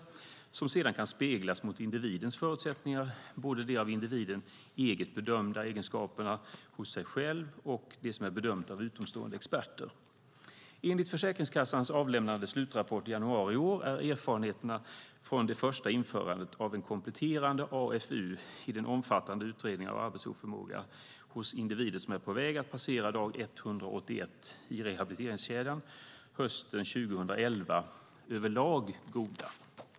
Det kan sedan speglas mot individens förutsättningar, både de av individen bedömda egenskaperna hos sig själv och det som är bedömt av utomstående experter. Enligt Försäkringskassans avlämnade slutrapport i januari i år är erfarenheterna från det första införandet av en kompletterande AFU i den omfattande utredningen av arbetsförmågan hos individer som är på väg att passera dag 181 i rehabiliteringskedjan hösten 2011 över lag goda.